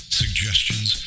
suggestions